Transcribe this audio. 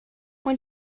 when